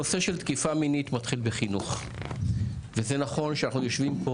הנושא של תקיפה מינית מתחיל בחינוך וזה נכון שאנחנו יושבים פה